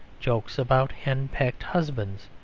jokes about henpecked husbands,